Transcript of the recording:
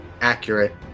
accurate